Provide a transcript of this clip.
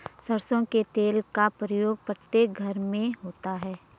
सरसों के तेल का प्रयोग प्रत्येक घर में होता है